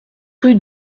rue